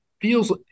feels